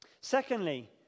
Secondly